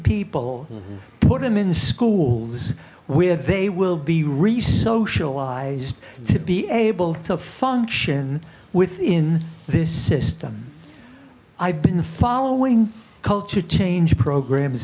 people put them in schools where they will be resocialized to be able to function within this system i've been following culture change programs